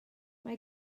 mae